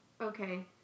Okay